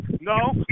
no